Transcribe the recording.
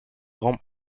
raum